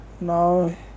now